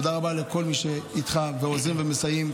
תודה רבה לכל מי שאיתך עוזרים ומסייעים.